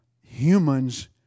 humans